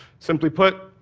simply put,